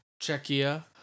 Czechia